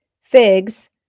figs